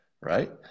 right